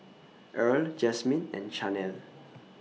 Earl Jasmyne and Chanelle